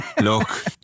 look